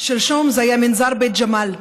שלשום זה היה מנזר בית ג'מאל,